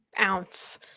ounce